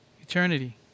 eternity